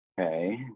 okay